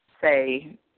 say